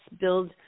build